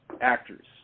actors